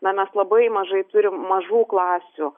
na mes labai mažai turim mažų klasių